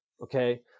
okay